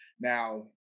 Now